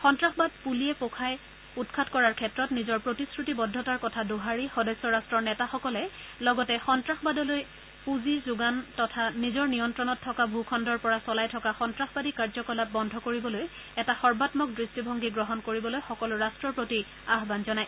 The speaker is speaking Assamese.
সন্তাসবাদ পুলিয়ে পোখাই উৎখাত কৰাৰ ক্ষেত্ৰত নিজৰ প্ৰতিশ্ৰতিবদ্ধতাৰ কথা দোহাৰি সদস্য ৰাট্টৰ নেতাসকলে লগতে সন্তাসবাদলৈ পুঁজি যোগান তথা নিজৰ নিয়ন্ত্ৰণত থকা ভূখণ্ডৰ পৰা চলাই থকা সন্তাসবাদী কাৰ্যকলাপ বন্ধ কৰিবলৈ এটা সৰ্বাম্মক দৃষ্টিভংগী গ্ৰহণ কৰিবলৈ সকলো ৰাট্টৰ প্ৰতি আহান জনায়